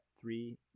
three